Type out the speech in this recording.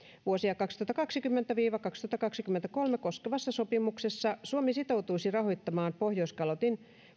vuosia kaksituhattakaksikymmentä viiva kaksituhattakaksikymmentäkolme koskevassa sopimuksessa suomi sitoutuisi rahoittamaan pohjoiskalotin